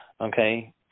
okay